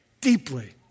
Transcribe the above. Deeply